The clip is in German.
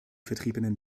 vertriebenen